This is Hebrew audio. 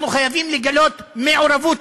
אנחנו חייבים לגלות יתר מעורבות